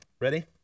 Ready